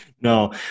No